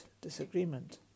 disagreement